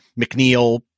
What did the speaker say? McNeil